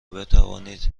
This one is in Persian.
بتوانید